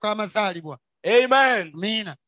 Amen